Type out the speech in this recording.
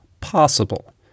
possible